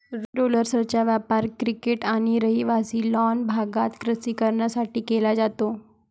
रोलर्सचा वापर क्रिकेट आणि रहिवासी लॉन भागात कृषी कारणांसाठी केला जातो